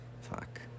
Fuck